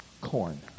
Corn